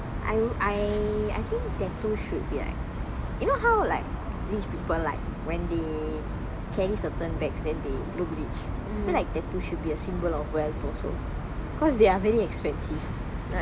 I I I think tattoo should be like you know how like rich people like when they carry certain bags then they look rich feel like tattoo should be a symbol of wealth also cause they are very expensive